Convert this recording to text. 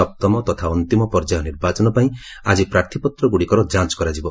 ସପ୍ତମ ତଥା ଅନ୍ତିମ ପର୍ଯ୍ୟାୟ ନିର୍ବାଚନ ପାଇଁ ଆଜି ପ୍ରାର୍ଥୀପତ୍ରଗୁଡ଼ିକର ଯାଞ୍ କରାଯିବ